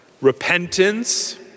Repentance